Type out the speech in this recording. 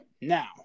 Now